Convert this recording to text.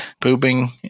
pooping